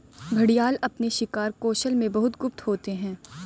घड़ियाल अपने शिकार कौशल में बहुत गुप्त होते हैं